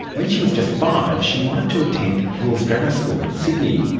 when she was just five, she wanted to attend hills grammar school in sydney.